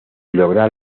lograr